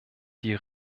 die